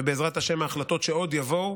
ובעזרת השם, מהחלטות שעוד יבואו,